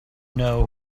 know